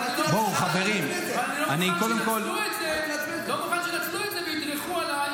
אבל אני לא מוכן שינצלו את זה וידרכו עליי